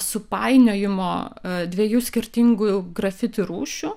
supainiojimo dviejų skirtingų grafiti rūšių